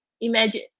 imagine